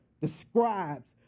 describes